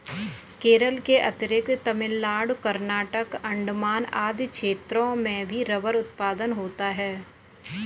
केरल के अतिरिक्त तमिलनाडु, कर्नाटक, अण्डमान आदि क्षेत्रों में भी रबर उत्पादन होता है